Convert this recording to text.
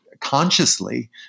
consciously